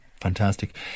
Fantastic